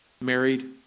married